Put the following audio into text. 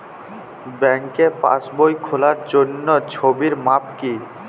ব্যাঙ্কে পাসবই খোলার জন্য ছবির মাপ কী?